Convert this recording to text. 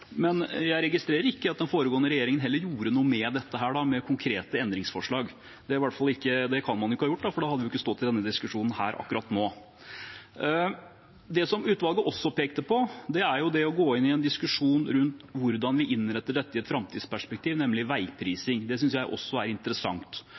Men jeg har heller ikke registrert at den foregående regjeringen gjorde noe med dette, i form av konkrete endringsforslag. Det kan man ikke ha gjort, for da hadde vi ikke stått i denne diskusjonen her akkurat nå. Det som utvalget også pekte på, var det å gå inn i en diskusjon rundt hvordan vi innretter dette i et framtidsperspektiv, nemlig